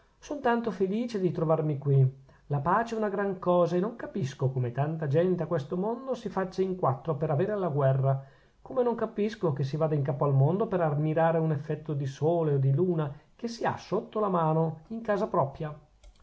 tanto felice di trovarmi qui la pace è una gran cosa e non capisco come tanta gente a questo mondo si faccia in quattro per avere la guerra come non capisco che si vada in capo al mondo per ammirare un effetto di sole o di luna che si ha sotto la mano in casa propria